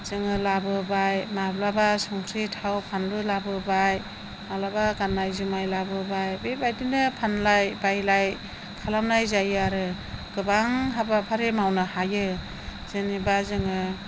जोङो लाबोबाय माब्लाबा संख्रि थाव फानलु लाबोबाय मालाबा गाननाय जोमनाय लाबोबाय बेबादिनो फानलाय बायलाय खालामनाय जायो आरो गोबां हाबाफारि मावनो हायो जेनेबा जोङो